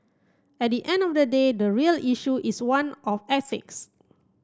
at the end of the day the real issue is one of ethics